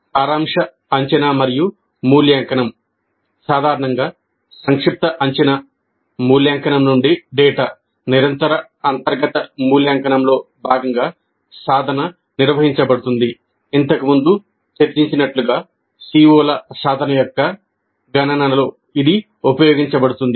సారాంశ అంచనా మరియు మూల్యాంకనం సాధారణంగా సంక్షిప్త అంచనా మూల్యాంకనం నుండి డేటా నిరంతర అంతర్గత మూల్యాంకనంలో భాగంగా సాధన నిర్వహించబడుతుంది ఇంతకుముందు చర్చించినట్లుగా CO ల సాధన యొక్క గణనలో ఇది ఉపయోగించబడుతుంది